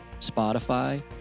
Spotify